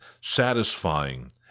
satisfying